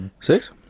Six